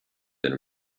been